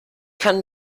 kann